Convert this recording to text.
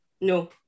No